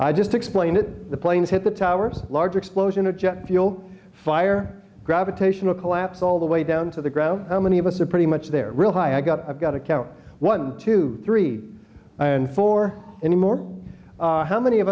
i just explain it the planes hit the towers large explosion of jet fuel fire gravitational collapse all the way down to the ground how many of us are pretty much there real high i gotta gotta count one two three and four anymore how many of